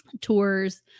tours